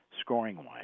scoring-wise